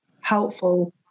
helpful